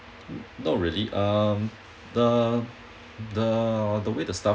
not really um the the the way the staff